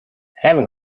having